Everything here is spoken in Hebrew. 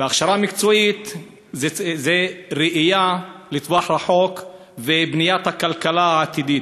והכשרה מקצועית זה ראייה לטווח ארוך ובניית הכלכלה העתידית.